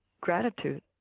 gratitude